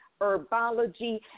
herbology